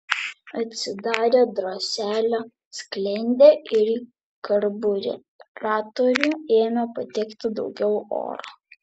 atsidarė droselio sklendė ir į karbiuratorių ėmė patekti daugiau oro